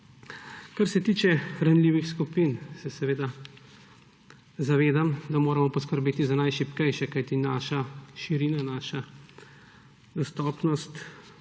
Kar se tiče ranljivih skupin se zavedam, da moramo poskrbeti za najšibkejše, kajti naša širina, naša dostopnost